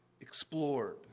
explored